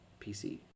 PC